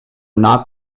not